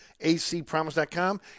acpromise.com